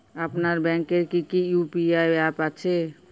আপনার ব্যাংকের কি কি ইউ.পি.আই অ্যাপ আছে?